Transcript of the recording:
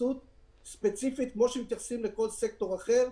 התייחסות ספציפית כמו שמתייחסים לכל סקטור אחר,